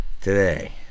Today